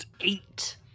Eight